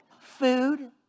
food